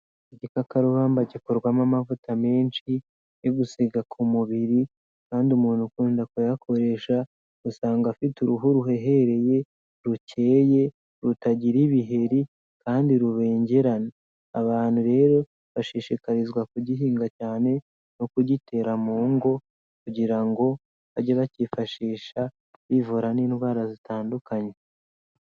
Igikakaruramba gikorwamo amavuta menshi, yo gusiga ku mubiri, kandi umuntu ukunda kuyakoresha usanga afite uruhu ruhehereye, rukeye, rutagira ibiheri, kandi rubengerana, abantu rero bashishikarizwa kugihinga cyane, no kugitera mu ngo kugira ngo bajye bacyifashisha bivura n'indwara zitandukanye.